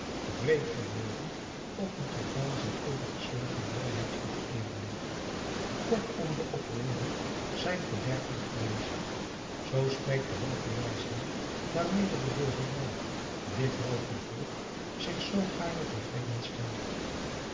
wreed geworden op de tot waanzin overgeslagen vrijheid onteerden kortom de oproeren zijn verderfelijk geweest zoo spreekt de halve wijsheid waarmede de burgerij dit halve volk zich zoo gaarne tevreden stelt